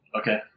Okay